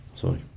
Sorry